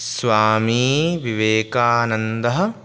स्वामिविवेकानन्दः